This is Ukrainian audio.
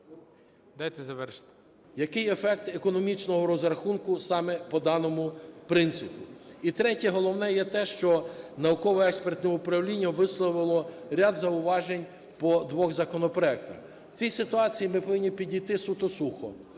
Який ефект економічного розрахунку саме по даному принципу. І третє. Головне є те, що Науково-експертне управління висловило ряд зауважень по двох законопроектах. В цій ситуації ми повинні підійти суто сухо,